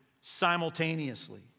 simultaneously